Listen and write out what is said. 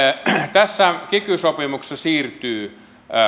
tässä kiky sopimuksessa siirtyy